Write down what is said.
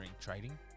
trading